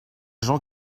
gens